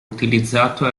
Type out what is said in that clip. utilizzato